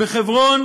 עם כל הכבוד.